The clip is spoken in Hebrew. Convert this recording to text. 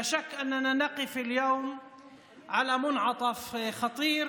אין ספק שאנחנו עומדים היום בפני סיבוב מסוכן,